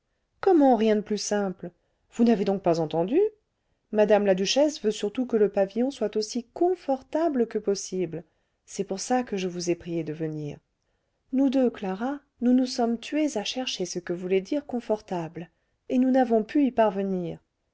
comment rien de plus simple vous n'avez donc pas entendu mme la duchesse veut surtout que le pavillon soit aussi confortable que possible c'est pour ça que je vous ai priée de venir nous deux clara nous nous sommes tuées à chercher ce que voulait dire confortable et nous n'avons pu y parvenir